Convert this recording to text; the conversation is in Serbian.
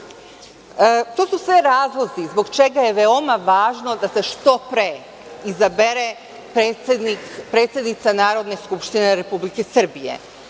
su sve razlozi zbog čega je veoma važno da se što pre izabere predsednica Narodne skupštine Republike Srbije.